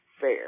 fair